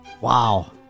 Wow